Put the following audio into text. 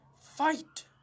Fight